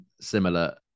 similar